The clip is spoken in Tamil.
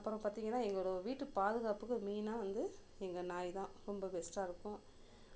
அப்புறம் பார்த்திங்கன்னா எங்களோட வீட்டு பாதுகாப்புக்கு மெயினா வந்து எங்கள் நாய் தான் ரொம்ப பெஸ்ட்டாக இருக்கும்